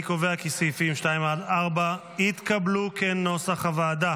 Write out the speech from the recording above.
אני קובע כי סעיפים 2 4 התקבלו כנוסח הוועדה.